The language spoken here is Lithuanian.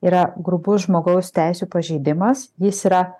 yra grubus žmogaus teisių pažeidimas jis yra